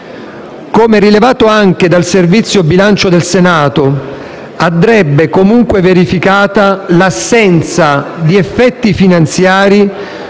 Come rilevato anche dal Servizio del bilancio del Senato, andrebbe comunque verificata l'assenza di effetti finanziari